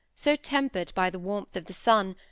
so tempered by the warmth of the sun,